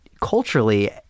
culturally